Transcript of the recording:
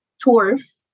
tours